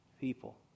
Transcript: people